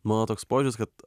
mano toks požiūris kad